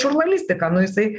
žurnalistika nu jisai